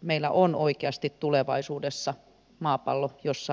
meillä on oikeasti tulevaisuudessa maapallo jossa elää